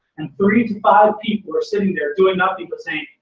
and three to five people are sitting there doing nothing but saying,